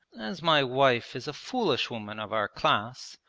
as my wife is a foolish woman of our class,